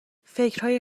فکرهای